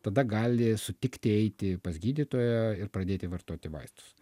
tada gali sutikti eiti pas gydytoją ir pradėti vartoti vaistus